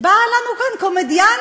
באה לנו לכאן קומדיאנטית,